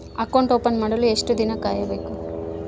Account open ಮಾಡಲು ಎಷ್ಟು ದಿನ ಕಾಯಬೇಕು?